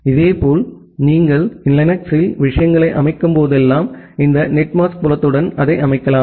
இதேபோல் நீங்கள் லினக்ஸில் விஷயங்களை அமைக்கும் போதெல்லாம் இந்த நெட் மாஸ்க் புலத்துடன் அதை அமைக்கலாம்